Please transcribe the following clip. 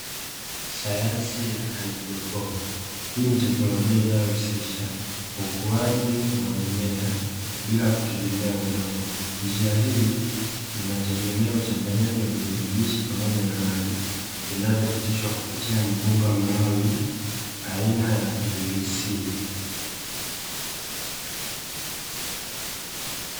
Sayansi ya haidroponi, hii ni teknolojia inayohusisha ukuaji wa mimea bila kutegemea udongo, njia hii inategemea uchanganyaji wa virutubishi pamoja na maji vinavyopitishwa kupitia mabomba maalumu aina ya "pvc".